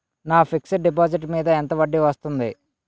నా fixed deposit మీద ఎంత వడ్డీ వస్తుంది?